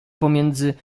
pomiędzy